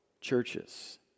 churches